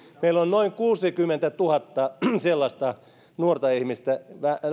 on noin kuusikymmentätuhatta sellaista nuorta ihmistä